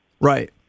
Right